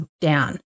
down